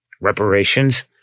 reparations